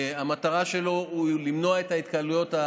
המטרה שלו היא למנוע את ההתקהלויות,